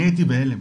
אני הייתי בהלם.